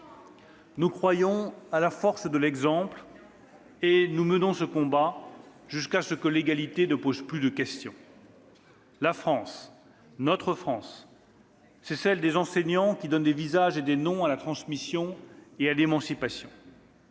Nous croyons à la force de l'exemple et nous mènerons ce combat jusqu'à ce que l'égalité ne pose plus de question. « La France, notre France, c'est celle des enseignants, qui donnent des visages et des noms à la transmission et à l'émancipation.